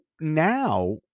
now